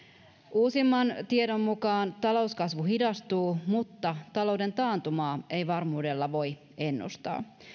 uusimman tiedon mukaan talouskasvu hidastuu mutta talouden taantumaa ei varmuudella voi ennustaa